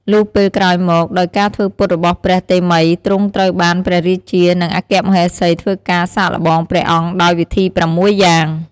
លុះពេលក្រោយមក ដោយការធ្វើពុតរបស់ព្រះតេមិយ ទ្រង់ត្រូវបានព្រះរាជា និងអគ្គមហេសីធ្វើការសាកល្បងព្រះអង្គដោយវិធី៦យ៉ាង។